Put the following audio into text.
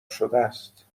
شدهست